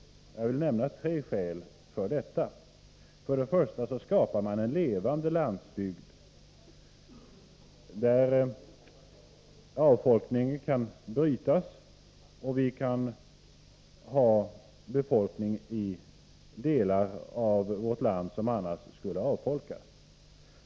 Jag vill nämna tre skäl för detta. För det första skapar man en levande landsbygd, där avfolkningen kan brytas, och vi kan ha befolkning i delar av vårt land som annars skulle avfolkas.